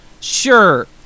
Sure